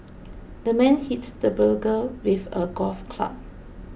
the man hit the burglar with a golf club